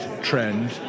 trend